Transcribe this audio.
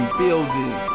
building